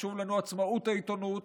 חשובה לנו עצמאות העיתונות